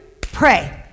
Pray